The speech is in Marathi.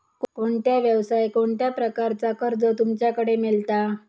कोणत्या यवसाय कोणत्या प्रकारचा कर्ज तुमच्याकडे मेलता?